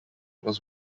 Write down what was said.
was